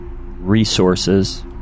resources